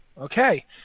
Okay